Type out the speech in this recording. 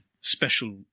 special